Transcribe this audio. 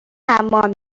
حمام